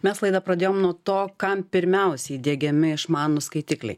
mes laidą pradėjom nuo to kam pirmiausiai diegiami išmanūs skaitikliai